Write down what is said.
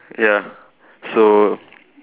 ya so